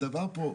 הדבר פה,